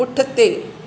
पुठिते